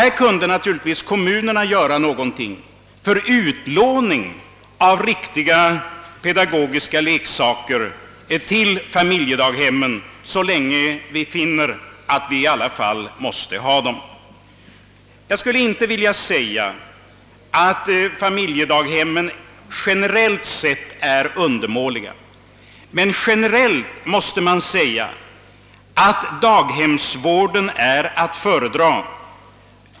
Här kan naturligtvis kommunerna göra någonting, t.ex. låna ut riktiga pedagogiska leksaker till familjedaghemmen, så länge vi finner att vi ändå måste ha dem. Jag skulle inte vilja säga att familjedaghemmen i allmänhet är undermåliga, men generellt anser jag att daghemsvården är att föredra.